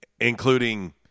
including